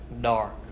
dark